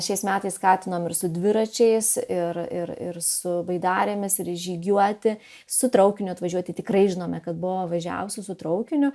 šiais metais skatinom ir su dviračiais ir ir ir su baidarėmis ir žygiuoti su traukiniu atvažiuoti tikrai žinome kad buvo važiavusių su traukiniu